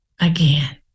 again